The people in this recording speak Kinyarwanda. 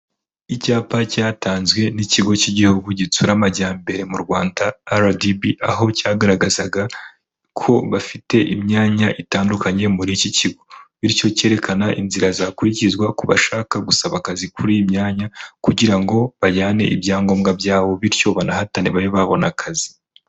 Icyapa cyatanzwe n'ikigo cy'igihugu gitsura amajyambere mu Rwanda RDB, aho cyagaragazaga ko bafite imyanya itandukanye muri iki kigo, bityo cyerekana inzira zakurikizwa ku bashaka gusaba akazi kuri iyi myanya kugira ngo bajyane ibyangombwa byabo bityo banahatane babe babona akazi.